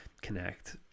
connect